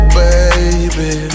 baby